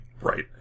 Right